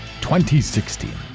2016